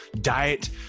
diet